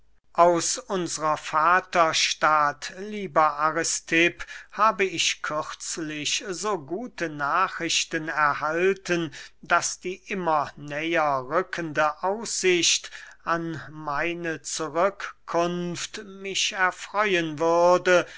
aus unsrer vaterstadt lieber aristipp habe ich kürzlich so gute nachrichten erhalten daß die immer näher rückende aussicht an meine zurückkunft mich erfreuen würde